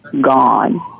gone